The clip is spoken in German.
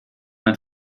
mein